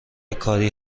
کاری